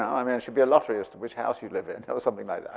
i mean should be a lottery as to which house you live in. something like that.